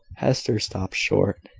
hester stopped short,